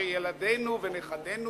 כשילדינו ונכדינו